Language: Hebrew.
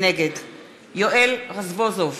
נגד יואל רזבוזוב,